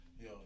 yo